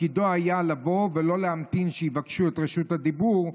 שתפקידו היה לבוא ולא להמתין שיבקשו את רשות הדיבור,